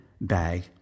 bag